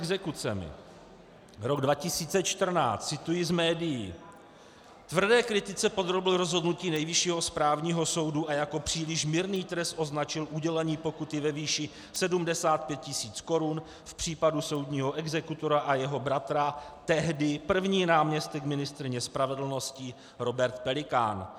Rok 2014 cituji z médií: Tvrdé kritice podrobil rozhodnutí Nejvyššího správního soudu a jako příliš mírný trest označil udělení pokuty ve výši 75 tis. korun v případu soudního exekutora a jeho bratra tehdy první náměstek ministryně spravedlnosti Robert Pelikán.